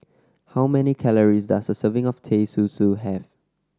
how many calories does a serving of Teh Susu have